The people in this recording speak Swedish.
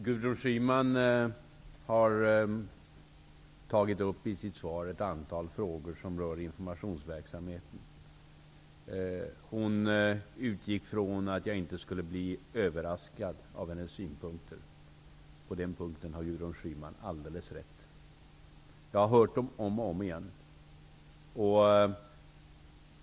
Herr talman! Gudrun Schyman har ställt ett antal frågor som rör informationsverksamheten. Hon utgick från att jag inte skulle bli överraskad av hennes synpunkter. På den punkten har Gudrun Schyman alldeles rätt. Jag har hört dem om och om igen.